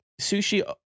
Sushi